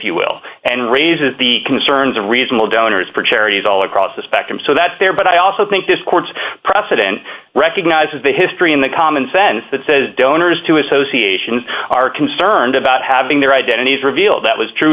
you will and raises the concerns of reasonable donors for charities all across the spectrum so that they are but i also think this court's precedent recognizes the history in the common sense that says donors to associations are concerned about having their identities revealed that was true